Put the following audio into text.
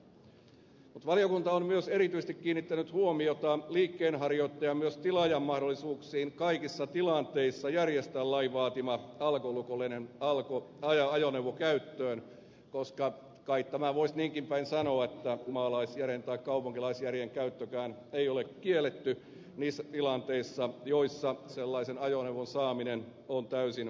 mutta valiokunta on myös erityisesti kiinnittänyt huomiota liikkeenharjoittajan myös tilaajan mahdollisuuksiin kaikissa tilanteissa järjestää lain vaatima alkolukollinen ajoneuvo käyttöön koska kai tämän voisi niinkin päin sanoa että maalaisjärjen tai kaupunkilaisjärjen käyttökään ei ole kielletty niissä tilanteissa joissa sellaisen ajoneuvon saaminen on täysin mahdotonta